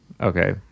Okay